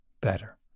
better